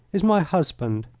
is my husband.